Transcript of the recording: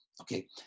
Okay